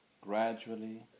gradually